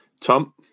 Tom